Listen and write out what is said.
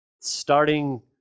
starting